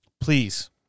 please